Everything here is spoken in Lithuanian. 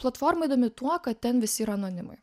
platforma įdomi tuo kad ten visi yra anonimai